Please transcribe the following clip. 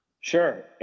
Sure